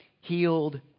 healed